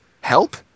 Help